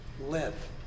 live